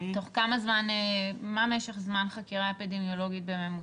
מה משך זמן חקירה אפידמיולוגית בממוצע?